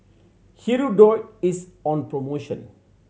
Hirudoid is on promotion